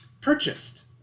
purchased